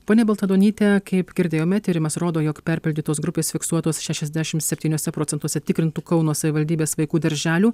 ponia baltaduonyte kaip girdėjome tyrimas rodo jog perpildytos grupės fiksuotos šešiasdešim septyniose procentuose tikrintų kauno savivaldybės vaikų darželių